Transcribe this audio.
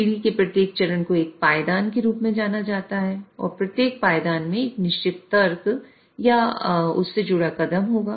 सीढ़ी के प्रत्येक चरण को एक पायदान में एक निश्चित तर्क या उससे जुड़ा कदम होगा